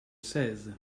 seize